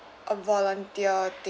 a volunteer thing